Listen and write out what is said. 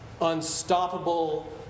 unstoppable